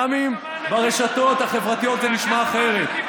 גם אם ברשתות החברתיות זה נשמע אחרת,